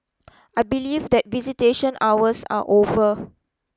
I believe that visitation hours are over